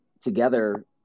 together